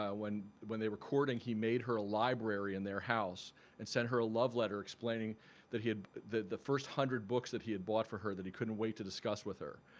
ah when when they were courting, he made her a library in their house and sent her a love letter explaining that he had the the first hundred books that he had bought for her that he couldn't wait to discuss with her.